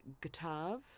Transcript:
guitar